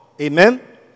Amen